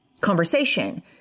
conversation